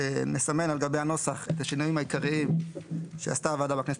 נסמן על גבי הנוסח את השינויים העיקריים שעשתה הוועדה בכנסת